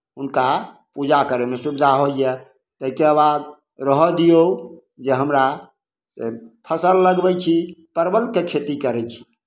हुनका पूजा करयमे सुविधा होइए ताहिके बाद रहय दियौ जे हमरा जे फसल लगबै छी परवलके खेती करै छी